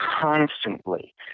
constantly